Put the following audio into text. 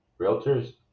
Realtors